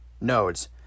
nodes